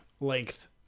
length